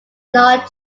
not